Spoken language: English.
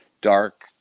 dark